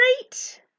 great